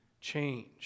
change